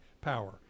power